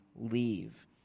leave